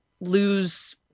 lose